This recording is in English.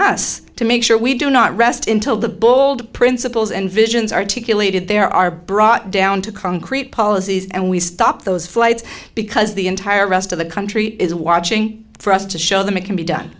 us to make sure we do not rest until the bulled principles and visions articulated there are brought down to concrete policies and we stop those flights because the entire rest of the country is watching for us to show them it can be done